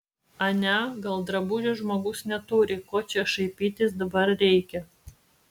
ane gal drabužių žmogus neturi ko čia šaipytis dabar reikia